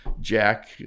jack